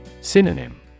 Synonym